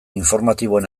informatiboen